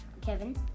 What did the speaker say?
Kevin